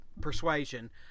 persuasion